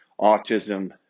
autism